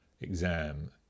exam